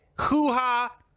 hoo-ha